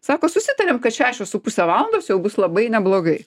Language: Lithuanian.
sako susitariam kad šešios su puse valandos jau bus labai neblogai